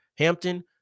Hampton